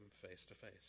face-to-face